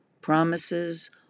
Promises